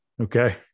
Okay